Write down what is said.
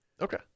Okay